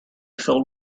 filled